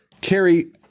Carrie